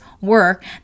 work